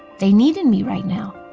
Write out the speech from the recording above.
they needed me right now,